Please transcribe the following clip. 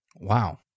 Wow